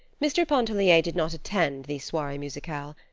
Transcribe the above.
mr. pontellier did not attend these soirees musicales.